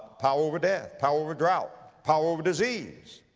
power over death. power over drought. power over disease.